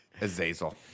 Azazel